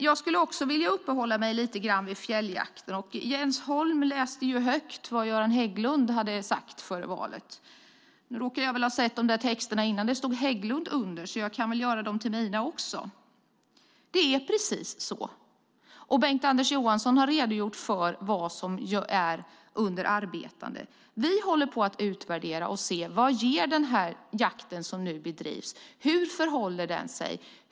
Jag ska dock uppehålla mig lite vid fjälljakten. Jens Holm läste högt vad Göran Hägglund sade före valet. Jag såg texterna innan det stod "Hägglund" under, så jag kan göra dem till mina också. Det är precis så, och Bengt-Anders Johansson har redogjort för vad som är under arbete. Vi håller på att utvärdera och se vad jakten som bedrivs ger. Hur förhåller det sig?